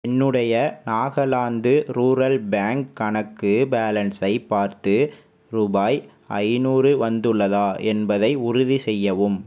என்னுடைய Nagaland rural bank கணக்கு பேலன்ஸை பார்த்து ரூபாய் ஐநூறு வந்துள்ளதா என்பதை உறுதிசெய்யவும்